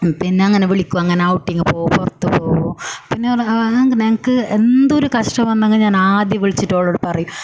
പിന്നെ അങ്ങനെ വിളിക്കും അങ്ങനെ ഔട്ടിങ് പോകും പുറത്തുപോകും പിന്നെ ഓൾ അങ്ങനെ എനിക്ക് എന്തൊരു കഷ്ടം വന്നെങ്കിൽ ഞാനാദ്യം വിളിച്ചിട്ട് ഒളോട് പറയും